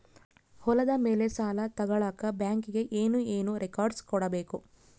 ಹೊಲದ ಮೇಲೆ ಸಾಲ ತಗಳಕ ಬ್ಯಾಂಕಿಗೆ ಏನು ಏನು ರೆಕಾರ್ಡ್ಸ್ ಕೊಡಬೇಕು?